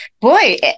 Boy